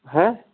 ہہ